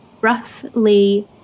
roughly